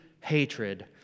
hatred